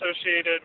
associated